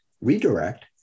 redirect